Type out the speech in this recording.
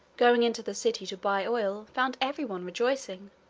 going into the city to buy oil, found every one rejoicing,